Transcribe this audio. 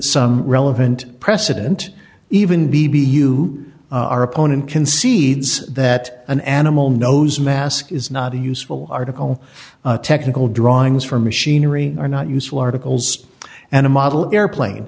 some relevant precedent even b b you are opponent concedes that an animal knows mask is not a useful article technical drawings for machinery are not useful articles and a model airplane